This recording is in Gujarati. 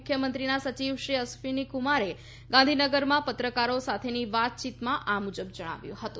મુખ્યમંત્રીના સચિવ શ્રી અશ્વિની કુમારે ગાંધીનગરમાં પત્રકારો સાથેની વાતયીતમાં આ મુજબ જણાવ્યું હતું